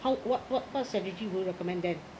how what what what strategy will you recommend them